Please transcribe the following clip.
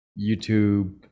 youtube